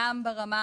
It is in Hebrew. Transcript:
גם ברמה